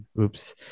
Oops